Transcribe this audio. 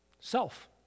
self